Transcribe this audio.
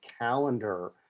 calendar